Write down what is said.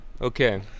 Okay